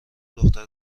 دختر